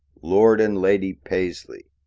lord and lady paisley.